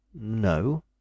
No